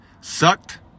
sucked